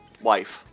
wife